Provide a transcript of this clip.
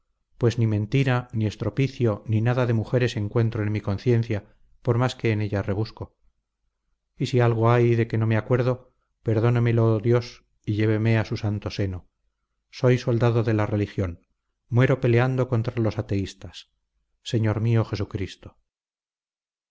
pues ni mentira ni estropicio ni nada de mujeres encuentro en mi conciencia por más que en ella rebusco y si algo hay de que no me acuerdo perdónemelo dios y lléveme a su santo seno soy soldado de la religión muero peleando contra los ateístas señor mío jesucristo